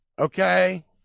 Okay